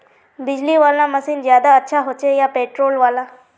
बिजली वाला मशीन ज्यादा अच्छा होचे या पेट्रोल वाला?